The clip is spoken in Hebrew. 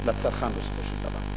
לצרכן בסופו של דבר.